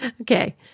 Okay